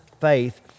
faith